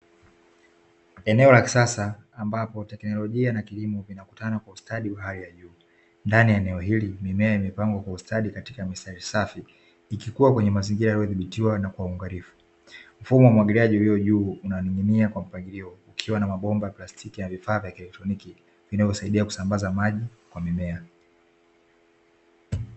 Eneo la kisasa ambapo teknolojia na kilimo vinakutana kwa ustadi wa hali ya juu. Ndani ya eneo hili mimea imepangwa kwa ustadi katika mistari safi ikikua kwenye mazingira yaliyodhibitiwa na kwa uangalifu. Mfumo wa umwagiliaji uliyo juu unaning'inia kwa mpangilio ukiwa na mabomba ya plastiki na vifaa vya kielektroniki vinavyosaidia kusambaza maji kwa mimea.